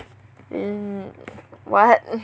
then what